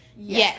Yes